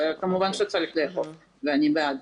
זה כמובן שצריך לאכוף ואני בעד.